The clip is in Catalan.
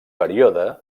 període